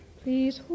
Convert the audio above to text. please